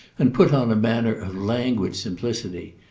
and put on a manner of languid simplicity.